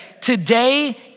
Today